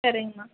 சரிங்மா